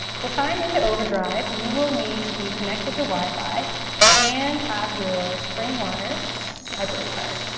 to sign into overdrive you will need to be connected to wi-fi and have your springwater library card.